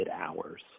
hours